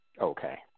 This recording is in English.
Okay